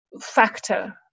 factor